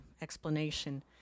explanation